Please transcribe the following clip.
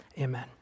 amen